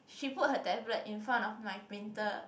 she put her tablet in front of my printer